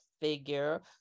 Figure